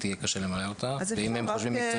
בקשה זו הוגשה בקשה להיתר להעבדת הילד: כן/לא (מחקו את המיותר)